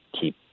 keep